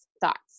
thoughts